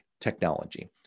technology